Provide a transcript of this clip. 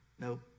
nope